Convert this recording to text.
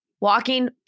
walking